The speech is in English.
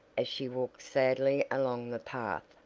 as she walked sadly along the path,